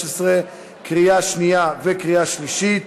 התשע"ה 2015, קריאה שנייה וקריאה שלישית.